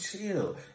chill